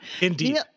Indeed